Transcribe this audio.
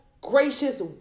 gracious